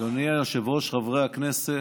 אדוני היושב-ראש, חברי הכנסת,